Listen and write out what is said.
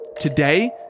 Today